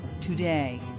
today